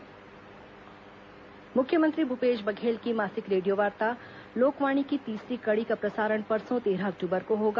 लोकवाणी मुख्यमंत्री भूपेश बघेल की मासिक रेडियोवार्ता लोकवाणी की तीसरी कड़ी का प्रसारण परसों तेरह अक्टूबर को होगा